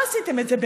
לא עשיתם את זה,